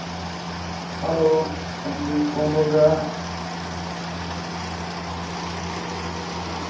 hello अंजी कुन्न बोल रेहा ऐ